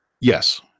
Yes